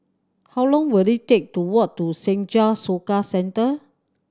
how long will it take to walk to Senja Soka Centre